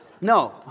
no